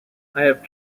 have